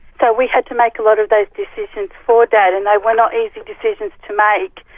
so we had to make a lot of those decisions for dad, and they were not easy decisions to make.